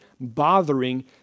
bothering